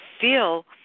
feel